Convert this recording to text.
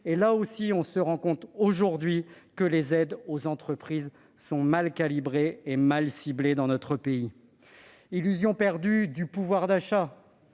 entreprises. On se rend compte aujourd'hui que ces aides sont mal calibrées et mal ciblées dans notre pays. Illusion perdue du pouvoir d'achat.